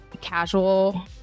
casual